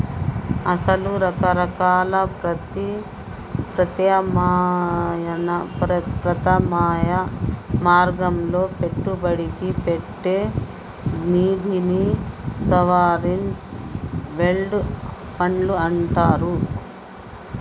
అసలు రకరకాల ప్రత్యామ్నాయ మార్గాల్లో పెట్టుబడి పెట్టే నిధిని సావరిన్ వెల్డ్ ఫండ్లు అంటారు